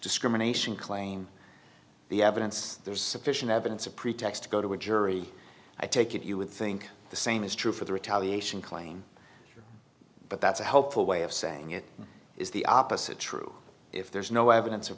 discrimination claim the evidence there's sufficient evidence a pretext to go to a jury i take it you would think the same is true for the retaliation claim but that's a helpful way of saying it is the opposite true if there's no evidence of